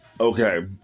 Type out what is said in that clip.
Okay